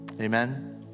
Amen